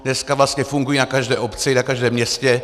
Dneska vlastně fungují na každé obci, na každém městě.